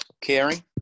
caring